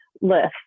list